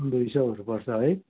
दुई सयहरू पर्छ है